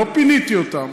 לא פיניתי אותם.